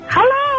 Hello